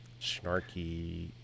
snarky